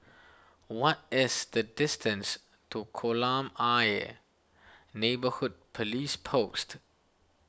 what is the distance to Kolam Ayer Neighbourhood Police Post